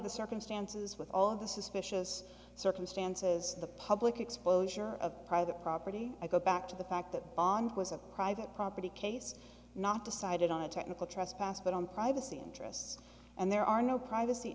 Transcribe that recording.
the circumstances with all of the suspicious circumstances the public exposure of private property i go back to the fact that bond was a private property case not decided on a technical trespass but on privacy interests and there are no privacy